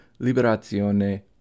Liberazione